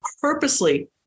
purposely